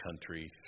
country